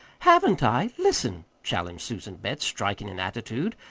haven't i? listen, challenged susan betts, striking an attitude.